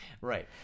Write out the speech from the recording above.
Right